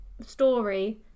story